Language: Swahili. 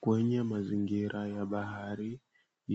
Kwenye mazingira ya bahari